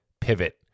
pivot